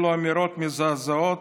אלו אמירות מזעזעות,